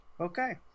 Okay